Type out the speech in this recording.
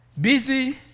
busy